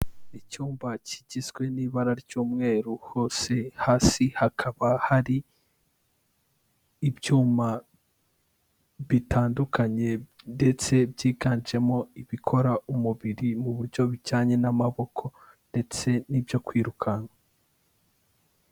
Icyumba kigizwe n'ibara ry'umweru hose, hasi hakaba hari ibyuma bitandukanye ndetse byiganjemo ibikora umubiri mu buryo bujyanye n'amaboko ndetse n'ibyo kwirukanka.